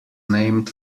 named